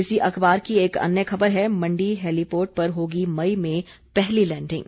इसी अखबार की एक अन्य खबर है मंडी हेलीपोर्ट पर होगी मई में पहली लैडिंग